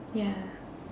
ya